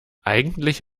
eigentlich